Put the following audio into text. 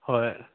ꯍꯣꯏ